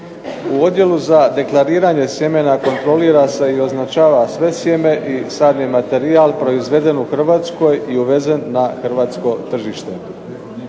U odjelu za deklariranje sjemena kontrolira se i označava sve sjeme i sadni materijal proizveden u Hrvatskoj i uvezen na Hrvatsko tržište.